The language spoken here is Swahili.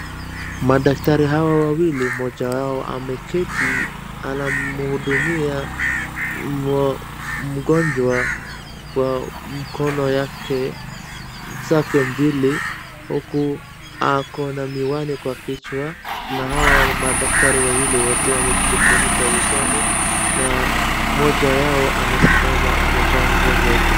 Madaktari hawa wawili, mmoja wao ameketi anamhudumia mgonjwa kwa mkono zake mbili, huku ako na miwani kwa kichwa na hawa madaktari wawili wote wamejifunika usoni. Na mmoja yao amesimama amevaa nguo nyeupe.